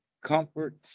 comfort